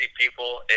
people